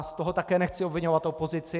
Z toho také nechci obviňovat opozici.